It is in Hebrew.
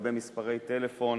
לגבי מספרי טלפון,